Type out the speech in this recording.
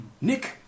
Nick